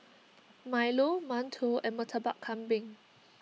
Milo Mantou and Murtabak Kambing